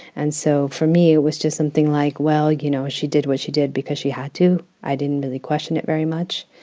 and so for me, it was just something like, well, you know, she did what she did because she had to. i didn't really question it very much.